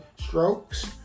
strokes